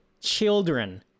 children